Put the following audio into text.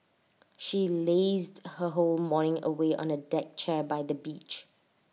she lazed her whole morning away on A deck chair by the beach